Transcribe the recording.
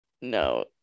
no